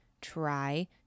try